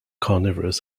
carnivorous